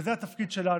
וזה התפקיד שלנו,